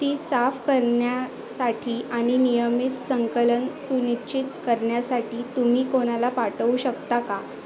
ती साफ करण्यासाठी आणि नियमित संकलन सुनिश्चित करण्यासाठी तुम्ही कोणाला पाठवू शकता का